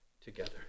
together